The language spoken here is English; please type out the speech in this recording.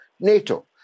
NATO